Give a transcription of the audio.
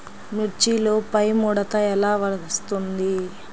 మిర్చిలో పైముడత ఎలా వస్తుంది?